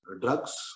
Drugs